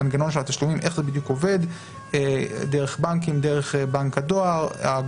איך בדיוק עובד המנגנון של התשלומים?